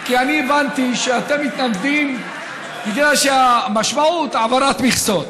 כי אני הבנתי שאתם מתנגדים בגלל שהמשמעות היא העברת מכסות.